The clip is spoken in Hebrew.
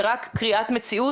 זה רק קריאת מציאות.